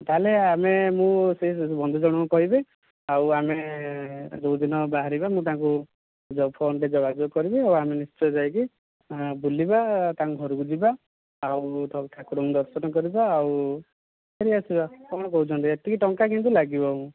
ତାହେଲେ ଆମେ ମୁଁ ସେ ବନ୍ଧୁ ଜଣକୁ କହିବି ଆଉ ଆମେ ଯେଉଁଦିନ ବାହାରିବା ମୁଁ ତାଙ୍କୁ ଯେଉଁ ଫୋନ୍ରେ ଯୋଗାଯୋଗ କରିବି ଆଉ ଆମେ ନିଶ୍ଚୟ ଯାଇକି ବୁଲିବା ତାଙ୍କ ଘରକୁ ଯିବା ଆଉ ସବୁ ଠାକୁରଙ୍କୁ ଦର୍ଶନ କରିବା ଆଉ ପଳେଇଆସିବା କ'ଣ କହୁଛନ୍ତି ଏତିକି ଟଙ୍କା କିନ୍ତୁ ଲାଗିବ